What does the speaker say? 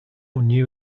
new